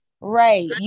Right